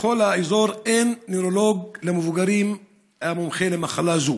בכל האזור אין נוירולוג למבוגרים המומחה למחלה זו.